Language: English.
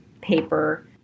paper